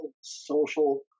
social